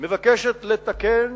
מבקשת לתקן